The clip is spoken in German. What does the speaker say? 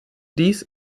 dies